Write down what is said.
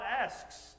asks